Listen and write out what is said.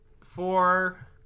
Four